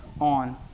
on